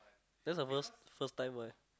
that's the first first time right